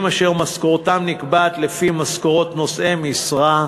אשר משכורתם נקבעת לפי משכורות נושאי משרה,